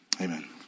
Amen